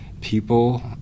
People